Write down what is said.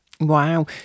Wow